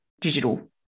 digital